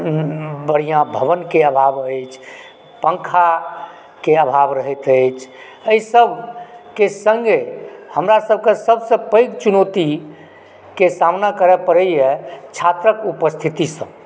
बढ़िआँ भवनके अभाव अछि पङ्खाके अभाव रहैत अछि एहि सभकेँ सङ्गे हमरासभके सबसँ पैघ चुनौतीके सामना करए पड़ैए छात्रके उपस्थितिसंँ